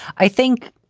i think,